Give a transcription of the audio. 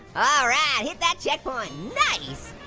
ah alright hit that checkpoint. nice.